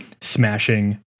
smashing